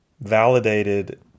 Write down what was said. validated